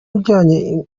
ujyanye